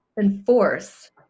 enforce